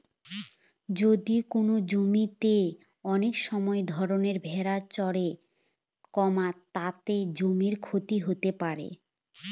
যদি কোনো জমিতে অনেক সময় ধরে ভেড়া চড়ে, তাতে জমির ক্ষতি হতে পারে